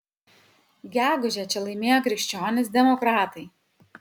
gegužę čia laimėjo krikščionys demokratai